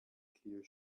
clear